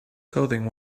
clothing